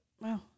Wow